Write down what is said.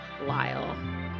Lyle